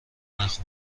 نخور